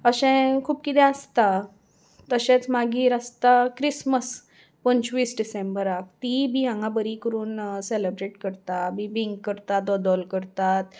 अशें खूब कितें आसता तशेंच मागीर आसता क्रिसमस पंचवीस डिसेंबराक तींय बी हांगा बरी करून सेलेब्रेट करता बीबींक करता दोदोल करतात